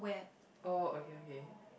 oh okay okay